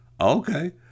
okay